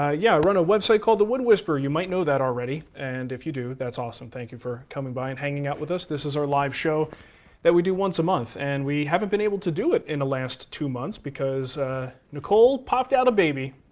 ah yeah, we're on a website called the wood whisperer, you might know that already, and if you do, that's awesome. thank you for coming by and hanging out with us. this is our live show that we do once a month. and we haven't been able to do it in the last two months because nicole popped out a baby,